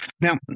Now